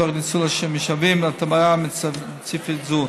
ותוך ניצול המשאבים למטרה ספציפית זו.